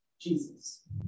Jesus